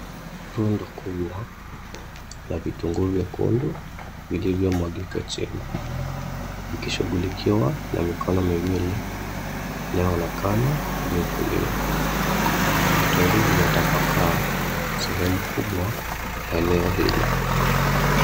Rundo kubwa la vitunguu vyekundu vilivyomwagika chini vikishughulikiwa na mikono miwili inayoonekana juu kulia. Vitunguu vimetapakaa sehemu kubwa ya eneo hilo.